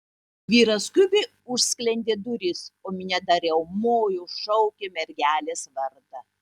vyras skubiai užsklendė duris o minia dar riaumojo šaukė mergelės vardą